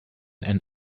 and